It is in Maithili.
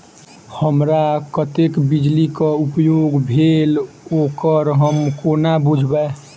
हमरा कत्तेक बिजली कऽ उपयोग भेल ओकर हम कोना बुझबै?